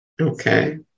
Okay